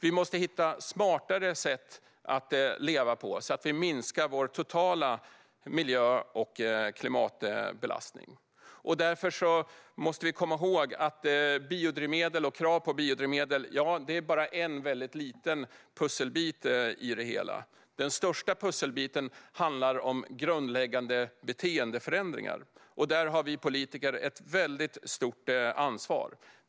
Vi måste hitta smartare sätt att leva på så att vi minskar vår totala miljö och klimatbelastning. Därför måste vi komma ihåg att biodrivmedel och krav på biodrivmedel bara är en liten pusselbit i det hela. Den största pusselbiten handlar om grundläggande beteendeförändringar. Där har vi politiker ett stort ansvar.